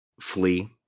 flee